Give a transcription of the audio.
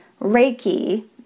Reiki